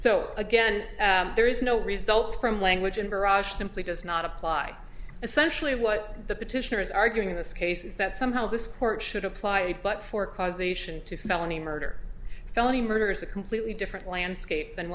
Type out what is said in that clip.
so again there is no result from language and barrage simply does not apply essentially what the petitioner is arguing in this case is that somehow this court should apply but for causation to felony murder felony murder is a completely different landscape